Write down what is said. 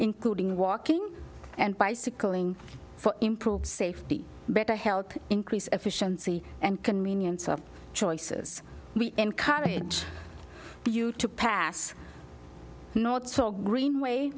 including walking and bicycling for improved safety better help increase efficiency and convenience of choices we encourage you to pass north or greenway